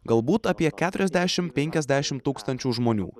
galbūt apie keturiasdešim penkiasdešim tūkstančių žmonių